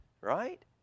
right